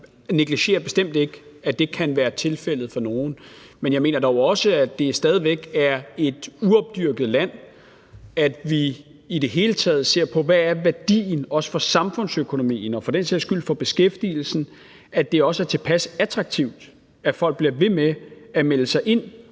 jeg negligerer bestemt ikke, at det kan være tilfældet for nogle – at det stadig væk er uopdyrket land, at vi i det hele taget ser på, hvad værdien er, også for samfundsøkonomien og for den sags skyld for beskæftigelsen, at det også er tilpas attraktivt, at folk bliver ved med at melde sig ind